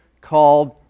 called